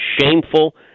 shameful